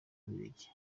bubiligi